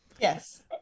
Yes